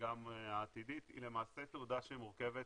וגם העתידית היא למעשה התעודה שמורכבת